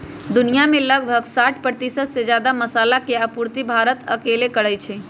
दुनिया में लगभग साठ परतिशत से जादा मसाला के आपूर्ति भारत अकेले करई छई